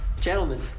Gentlemen